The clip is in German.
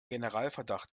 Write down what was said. generalverdacht